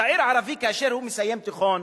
צעיר ערבי, כאשר הוא מסיים תיכון,